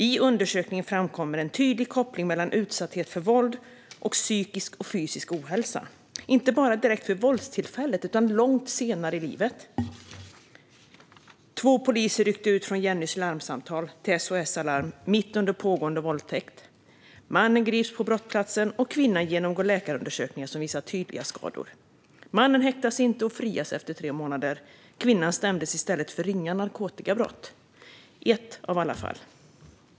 I undersökningen framkommer en tydlig koppling mellan utsatthet för våld och psykisk och fysisk ohälsa - inte bara direkt vid våldstillfället utan även långt senare i livet. Två poliser rycker ut efter Jennys larmsamtal till SOS Alarm mitt under pågående våldtäkt. Mannen grips på brottsplatsen, och kvinnan genomgår läkarundersökningar som visar tydliga skador. Mannen häktas inte och frias efter tre månader. Kvinnan åtalas i stället för ringa narkotikabrott. Ett av alla fall.